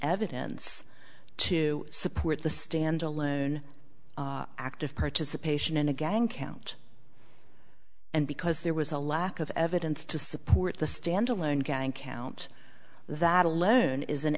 evidence to support the stand alone active participation in a gang count and because there was a lack of evidence to support the stand alone gang count that alone is an